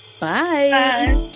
Bye